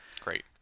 Great